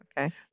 okay